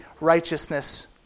righteousness